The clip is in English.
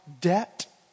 debt